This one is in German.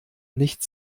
nicht